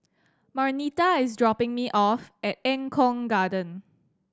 Marnita is dropping me off at Eng Kong Garden